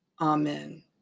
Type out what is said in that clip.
Amen